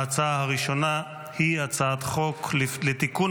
ההצעה הראשונה היא הצעת חוק לתיקון